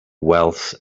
wealth